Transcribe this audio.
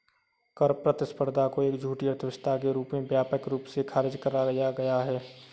कर प्रतिस्पर्धा को एक झूठी अर्थव्यवस्था के रूप में व्यापक रूप से खारिज करा गया है